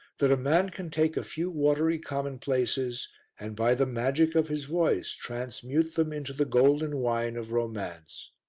that a man can take a few watery commonplaces and by the magic of his voice transmute them into the golden wine of romance.